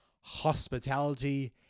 hospitality